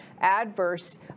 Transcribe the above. adverse